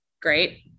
great